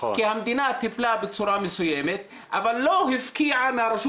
המדינה טיפלה בצורה מסוימת אבל לא הפקיעה מהרשות